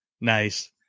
Nice